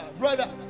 brother